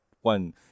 one